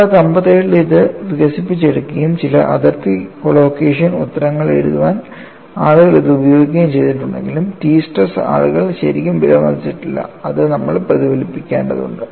1957 ൽ ഇത് വികസിപ്പിച്ചെടുക്കുകയും ചില അതിർത്തി കോലോക്കേഷൻ ഉത്തരങ്ങൾ എഴുതാൻ ആളുകൾ ഇത് ഉപയോഗിക്കുകയും ചെയ്യുന്നുണ്ടെങ്കിലും T സ്ട്രെസ് ആളുകൾ ശരിക്കും വിലമതിച്ചിട്ടില്ല അത് നമ്മൾ പ്രതിഫലിപ്പിക്കേണ്ടതുണ്ട്